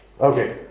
Okay